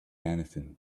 anything